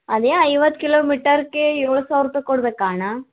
ಅದೇ ಐವತ್ತು kilometre ಕೆ ಏಳು ಸಾವಿರ ರುಪಾಯಿ ಕೊಡ್ಬೇಕ ಅಣ್ಣ